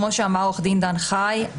כפי שאמר עו"ד דן חי,